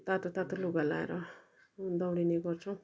तातो तातो लुगा लाएर दौडिने गर्छौँ